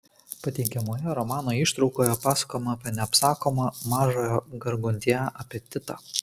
pateikiamoje romano ištraukoje pasakojama apie neapsakomą mažojo gargantiua apetitą